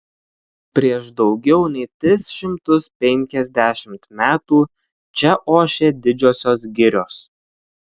prieš daugiau nei tris šimtus penkiasdešimt metų čia ošė didžiosios girios